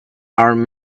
armed